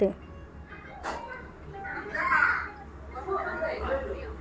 ಮರಗಳು ಗಾಳಿನ ಶುದ್ಧೀಕರ್ಸೋ ಪ್ರಮುಖ ಪಾತ್ರವಹಿಸ್ತದೆ ಉತ್ತಮ ಮಳೆಬರ್ರ್ಸೋಕೆ ಮರ ಸಹಾಯಕವಾಗಯ್ತೆ